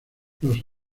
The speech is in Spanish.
los